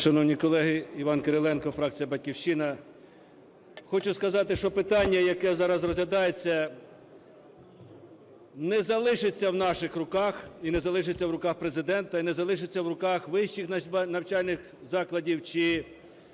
Шановні колеги! Іван Кириленко, фракція "Батьківщина". Хочу сказати, що питання, яке зараз розглядається, не залишиться в наших руках і не залишиться в руках Президента, і не залишиться в руках вищих навчальних закладів чи середніх